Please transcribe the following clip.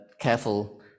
careful